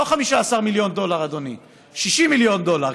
לא 15 מיליון דולר, אדוני, 60 מיליון דולר.